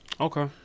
Okay